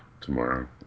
tomorrow